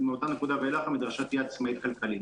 ומאותה נקודה ואילך המדרשה תהיה עצמאית כלכלית